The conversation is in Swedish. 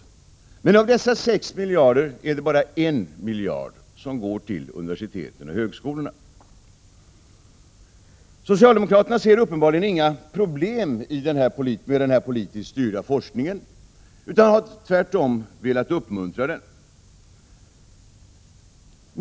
Men av dessa sex miljarder är det bara en miljard som går till universiteten och högskolorna. Socialdemokraterna ser uppenbarligen inga problem med den här politiskt styrda forskningen utan har tvärtom velat uppmuntra den.